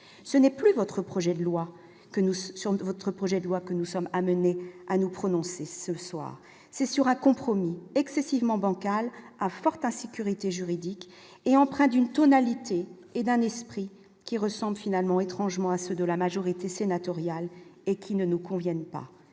que nous sur votre projet de loi que nous sommes amenés à nous prononcer ce soir, c'est sur un compromis excessivement bancal à forte insécurité juridique et empreint d'une tonalité et d'un esprit qui ressemblent finalement étrangement à ceux de la majorité sénatoriale et qui ne nous conviennent pas,